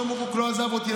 ושלמה קוק לא עזב אותי,